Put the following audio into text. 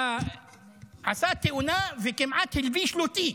עשה תאונה, וכמעט הלבישו לו תיק,